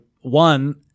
one